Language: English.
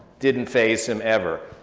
didn't phase him ever.